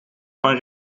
van